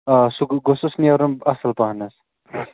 آ سُہ گوٚژھُس نیرُن اَصٕل پَہنَس